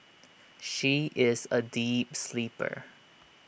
she is A deep sleeper